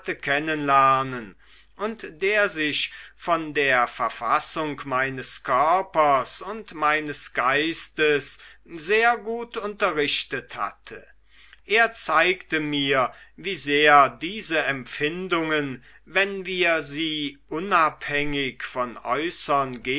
lernen und der sich von der verfassung meines körpers und meines geistes sehr gut unterrichtet hatte er zeigte mir wie sehr diese empfindungen wenn wir sie unabhängig von äußern